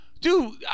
Dude